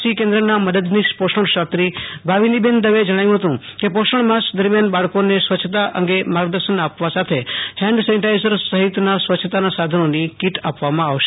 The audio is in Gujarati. સી કેન્દ્રના મદદનીશ પોષણ શાસ્ત્રી ભાવિનીબેન દવેએ જણાવ્યુ હતું કે પોષણમાસ દરમ્યાન બાળકોને સ્વચ્છતા અંગે માર્ગદર્શન આપવા સાથે હેન્ડ સેનેટાઈઝર સહિતના સ્વચ્છતાના સાધનોની કિટ આપવામાં આવશે